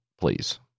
Please